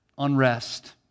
unrest